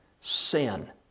sin